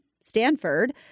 Stanford